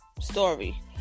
story